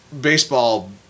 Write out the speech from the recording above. baseball